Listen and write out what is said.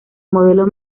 modelo